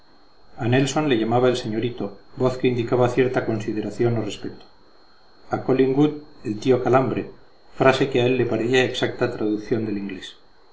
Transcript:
a nelson le llamaba el señorito voz que indicaba cierta consideración o respeto a collingwood el tío calambre frase que a él le parecía exacta traducción del inglés